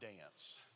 dance